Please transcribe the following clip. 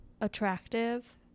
attractive